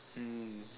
mm